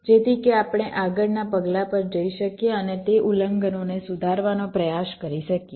જેથી કે આપણે આગળના પગલા પર જઈ શકીએ અને તે ઉલ્લંઘનોને સુધારવાનો પ્રયાસ કરી શકીએ